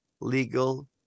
legal